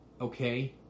okay